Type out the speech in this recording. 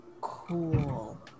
Cool